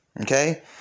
Okay